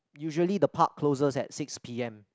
usually the park closes at six P_M